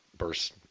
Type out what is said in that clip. burst